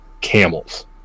Camels